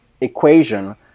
equation